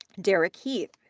derek heath,